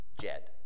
Jed